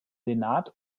senat